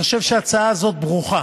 אני חושב שההצעה הזאת ברוכה.